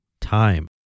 time